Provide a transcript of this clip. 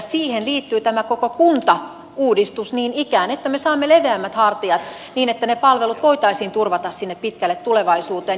siihen liittyy tämä koko kuntauudistus niin ikään että me saamme leveämmät hartiat niin että ne palvelut voitaisiin turvata sinne pitkälle tulevaisuuteen